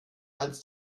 als